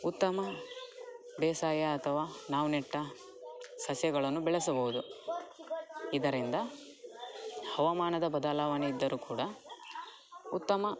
ಉತ್ತಮ ಬೇಸಾಯ ಅಥವಾ ನಾವು ನೆಟ್ಟ ಸಸ್ಯಗಳನ್ನು ಬೆಳೆಸಬೋದು ಇದರಿಂದ ಹವಾಮಾನದ ಬದಲಾವಣೆ ಇದ್ದರು ಕೂಡ ಉತ್ತಮ